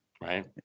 Right